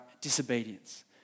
disobedience